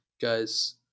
guys